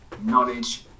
knowledge